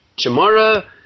Tomorrow